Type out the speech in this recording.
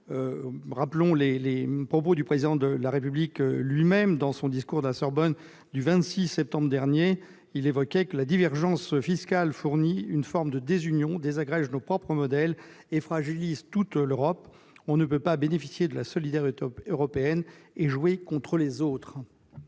Rappelons les propos du Président de la République lui-même, dans son discours de la Sorbonne du 26 septembre dernier :« cette divergence fiscale nourrit une forme de désunion, désagrège nos propres modèles et fragilise toute l'Europe [...] On ne peut pas bénéficier de la solidarité européenne et jouer contre les autres.